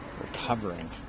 recovering